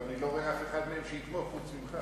אבל אני לא רואה אף אחד מהם שיתמוך חוץ ממך.